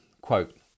quote